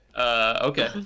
Okay